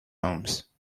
homes